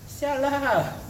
[sial] ah